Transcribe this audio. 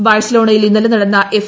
ബാഴ്സൂലോണയിൽ ഇന്നലെ നടന്ന എഫ്